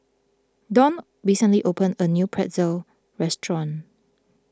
Dawn recently opened a new Pretzel restaurant